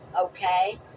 Okay